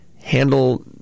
handle